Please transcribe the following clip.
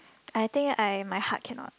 I think I my heart cannot